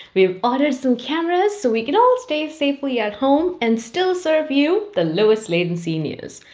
we have ordered some cameras, so we can all stay safely at home and still serve you the lowest latency news.